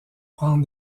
prendre